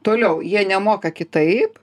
toliau jie nemoka kitaip